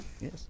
Yes